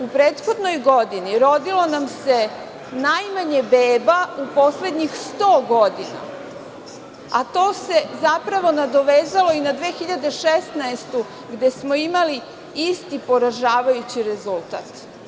U prethodnoj godini rodilo nam se najmanje beba u poslednjih sto godina, a to se zapravo nadovezalo i na 2016. godinu, gde smo imali isti poražavajući rezultat.